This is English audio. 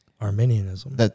Arminianism